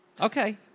Okay